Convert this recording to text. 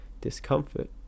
discomfort